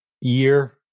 year